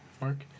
Mark